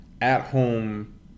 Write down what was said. at-home